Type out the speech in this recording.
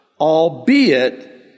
albeit